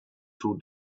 two